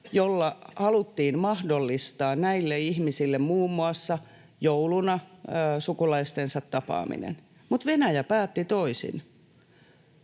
joilla haluttiin mahdollistaa näille ihmisille muun muassa jouluna sukulaistensa tapaaminen, mutta Venäjä päätti toisin